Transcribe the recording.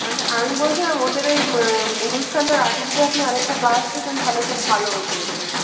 আচ্ছা আমি বলছিলাম ওদের ওই অনুষ্ঠানটার আগে যদি আপনি আর একটা ক্লাস দিতেন তাহলে খুব ভালো হতো ওদেরও